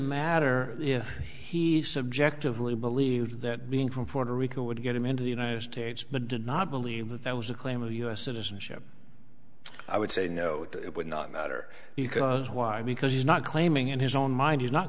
matter if he subjectively believed that being from puerto rico would get him into the united states but did not believe that that was a claim of u s citizenship i would say no it would not matter because why because he's not claiming in his own mind